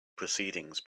proceedings